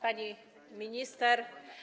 Pani Minister!